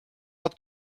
not